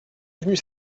devenue